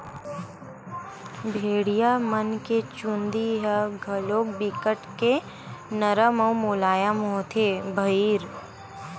भेड़िया मन के चूदी ह घलोक बिकट के नरम अउ मुलायम होथे भईर